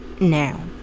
now